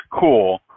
cool